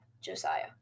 Josiah